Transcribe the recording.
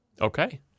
Okay